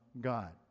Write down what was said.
God